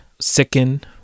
sicken